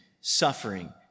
suffering